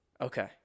Okay